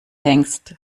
hengst